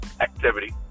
activity